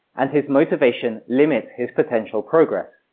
and his motivation limits his potential progress.